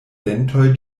dentoj